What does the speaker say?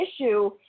issue